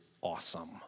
awesome